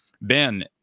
Ben